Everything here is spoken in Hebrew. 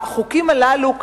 החוקים הללו,